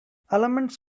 elements